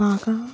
బాగా